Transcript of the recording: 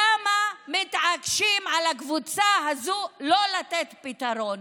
למה מתעקשים לא לתת פתרון